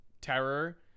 terror